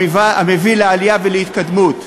המביא לעלייה ולהתקדמות.